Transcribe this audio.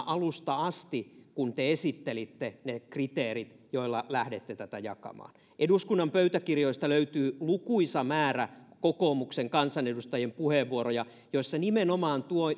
alusta asti kun te esittelitte ne kriteerit joilla lähdette tätä jakamaan eduskunnan pöytäkirjoista löytyy lukuisa määrä kokoomuksen kansanedustajien puheenvuoroja joissa nimenomaan